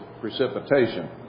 precipitation